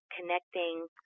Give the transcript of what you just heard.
connecting